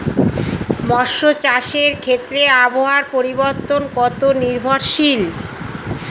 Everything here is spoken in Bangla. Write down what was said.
মৎস্য চাষের ক্ষেত্রে আবহাওয়া পরিবর্তন কত নির্ভরশীল?